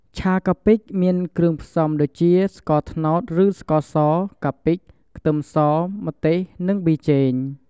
ឆាកាពិ មានគ្រឿងផ្សំដូចជា ស្ករត្នោតឬស្ករស កាពិ ខ្ទឹមស ម្ទេស និងប៊ីចេង។